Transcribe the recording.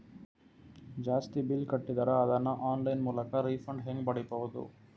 ಜಾಸ್ತಿ ಬಿಲ್ ಕಟ್ಟಿದರ ಅದನ್ನ ಆನ್ಲೈನ್ ಮೂಲಕ ರಿಫಂಡ ಹೆಂಗ್ ಪಡಿಬಹುದು?